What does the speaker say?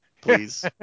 please